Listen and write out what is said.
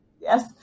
yes